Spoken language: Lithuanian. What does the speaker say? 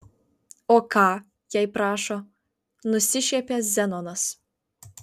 o ką jei prašo nusišiepia zenonas